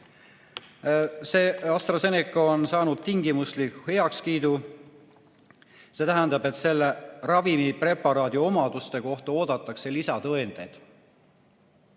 AstraZeneca on saanud tingimusliku heakskiidu. See tähendab, et selle ravimipreparaadi omaduste kohta oodatakse lisatõendeid.